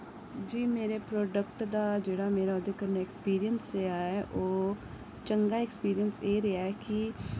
जी मेरे प्रोडक्ट दा जेह्ड़ा मेरा ओह्दे कन्नै ऐक्सपीरियंस रेहा ऐ ओह् चंगा ऐक्सपीरियंस एह् रेहा ऐ कि